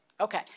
Okay